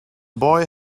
boy